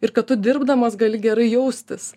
ir kad tu dirbdamas gali gerai jaustis